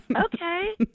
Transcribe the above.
okay